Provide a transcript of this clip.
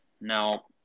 Now